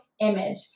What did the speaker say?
image